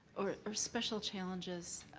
or or special challenges,